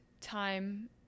time